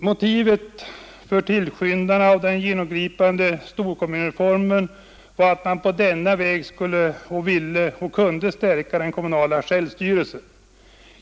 Motivet för tillskyndarna av den genomgripande storkommunrefor men var att man på denna väg ville och kunde stärka den kommunala självstyrelsen.